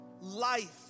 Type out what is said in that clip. life